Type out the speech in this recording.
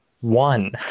one